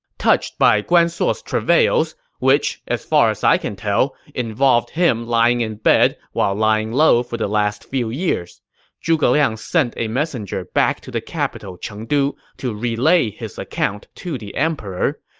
touched by guan suo's travails which, as far as i can tell, involved lying in bed while lying low for the last few years zhuge liang sent a messenger back to the capital chengdu to relay his account to the emperor.